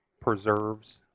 preserves